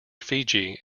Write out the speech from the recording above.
fiji